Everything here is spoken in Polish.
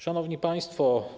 Szanowni Państwo!